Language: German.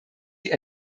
die